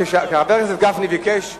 כשחבר הכנסת גפני ביקש שאלה,